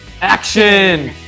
action